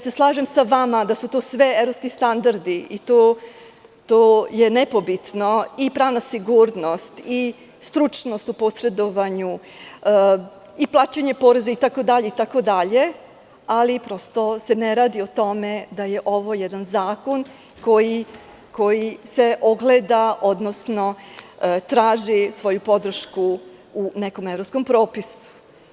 Slažem se sa vama da su to sve evropski standardi, to je nepobitno, i pravna sigurnost, i stručnost u posredovanju, i plaćanju poreza itd, ali prosto ne radi o tome da je ovo jedan zakon koji se ogleda, odnosno traži svoju podršku u nekom evropskom propisu.